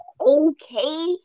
okay